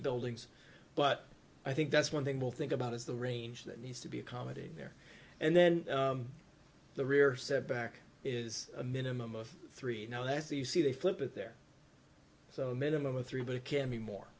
buildings but i think that's one thing we'll think about is the range that needs to be accommodated there and then the rear setback is a minimum of three no less you see they flip it there so minimum of three but it can be more